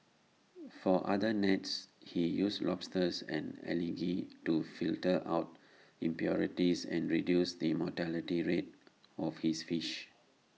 for other nets he uses lobsters and algae to filter out impurities and reduce the mortality rates of his fish